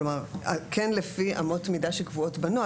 כלומר, כן לפי אמות מידה שקבועות בנוהל.